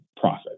profit